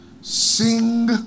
Sing